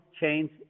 change